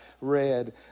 read